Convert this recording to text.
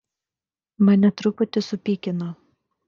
mane truputį supykino